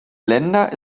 länder